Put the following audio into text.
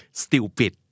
stupid